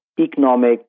economic